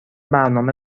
برنامه